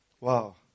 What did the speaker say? Wow